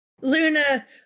Luna